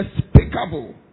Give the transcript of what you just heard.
despicable